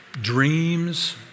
dreams